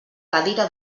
cadira